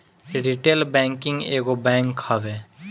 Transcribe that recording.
retail banking एगो bank हवे